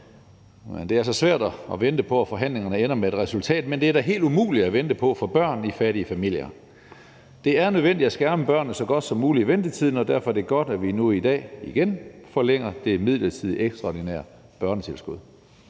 Det er altså svært at vente på, at forhandlingerne ender med et resultat, men det er da helt umuligt at vente på for børn i fattige familier. Det er nødvendigt at skærme børnene så godt som muligt i ventetiden, og derfor er det godt, at vi nu i dag igen forlænger det midlertidige ekstraordinære børnetilskud.